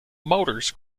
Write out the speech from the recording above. motors